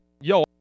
yo